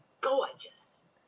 gorgeous